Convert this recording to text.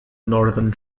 northern